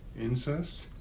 incest